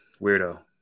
weirdo